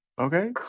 Okay